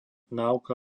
náuka